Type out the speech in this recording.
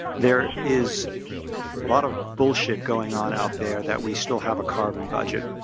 there is a lot of bullshit going on out there, that we still have a carbon budget.